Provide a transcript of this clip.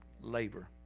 labor